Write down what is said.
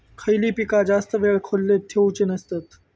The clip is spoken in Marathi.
खयली पीका जास्त वेळ खोल्येत ठेवूचे नसतत?